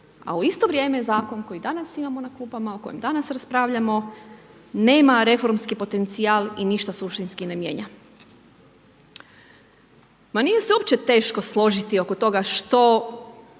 a u isto vrijeme zakon koji danas imamo na klupama, o kojem danas raspravljamo, nema reformski potencijal i ništa suštinski ne mijenja. Ma nije se uopće teško složiti oko toga, što